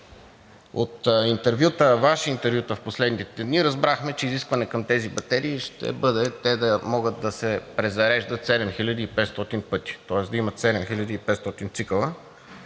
От Ваши интервюта в последните дни разбрахме, че изискването към тези батерии ще бъде те да могат да се презареждат 7500 пъти, тоест да имат 7500 цикъла